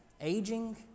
aging